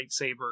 lightsaber